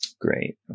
Great